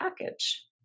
package